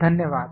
धन्यवाद